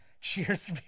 Cheers